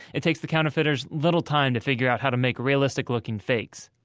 it takes the counterfeiters little time to figure out how to make realistic-looking fakes.